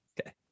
Okay